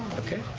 okay.